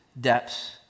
depths